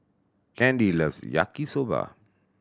Candy loves Yaki Soba